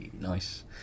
nice